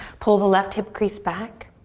pull the left hip crease back,